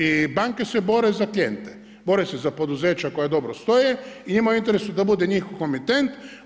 I banke se bore za klijente, bore se za poduzeća koja dobro stoje i njima je u interesu da bude njihov komitent.